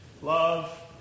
Love